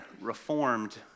reformed